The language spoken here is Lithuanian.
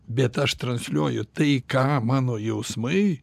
bet aš transliuoju tai ką mano jausmai